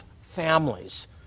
families